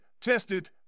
tested